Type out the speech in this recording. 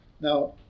Now